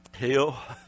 hell